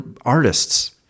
artists